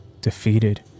defeated